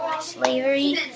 slavery